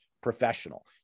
professional